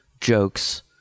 jokes